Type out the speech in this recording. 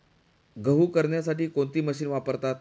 गहू करण्यासाठी कोणती मशीन वापरतात?